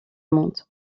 monde